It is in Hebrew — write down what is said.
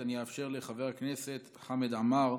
אני אאפשר לחבר הכנסת חמד עמאר.